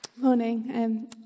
Morning